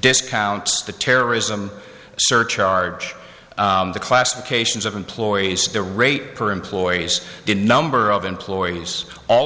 discounts the terrorism surcharge the classifications of employees the rate per employees the number of employees all